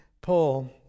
Paul